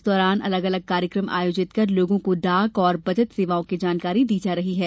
इस दौरान अलग अलग कार्यक्रम आयोजित कर लोगों को डाक और बचत सेवाओं की जानकारी दी जा रही है